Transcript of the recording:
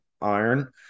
iron